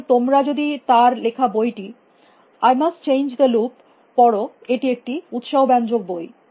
সুতরাং তোমরা যদি তার লেখা বইটি I must change the loop পড় এটি একটি উত্সাহ ব্যঞ্জক বই